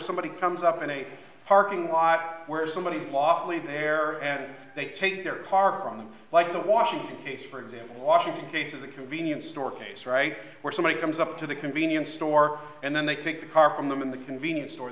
somebody comes up in a parking lot where somebody is lawfully there and they take their car on them like the washington case for example washington cases a convenience store case right where somebody comes up to the convenience store and then they take the car from them in the convenience store